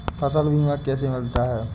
फसल बीमा कैसे मिलता है?